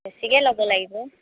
বেছিকৈ ল'ব লাগিব